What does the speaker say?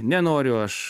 nenoriu aš